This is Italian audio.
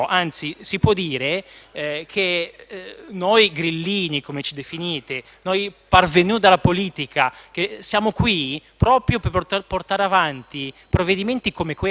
che noi grillini - come ci definite - noi *parvenu* della politica siamo qui proprio per portare avanti provvedimenti come quello in